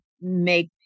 make